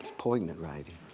poignant writing,